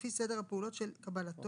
לפי סדר הפעולות של קבלתו,